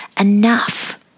enough